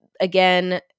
again